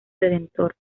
redentor